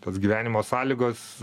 tas gyvenimo sąlygos